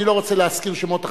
אני לא רוצה להזכיר שמות אחרים,